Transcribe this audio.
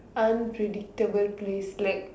unpredictable place like